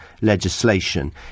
legislation